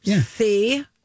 See